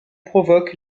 provoque